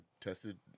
tested